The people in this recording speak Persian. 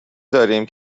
داریم